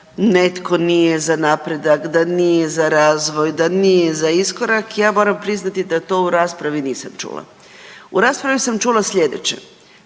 netko nije za napredak, da nije za razvoj, da nije za iskorak, ja moram priznati da to u raspravi nisam čula. U raspravi sam čula slijedeće,